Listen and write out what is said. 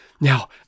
Now